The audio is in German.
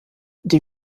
die